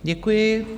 Děkuji.